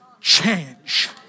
change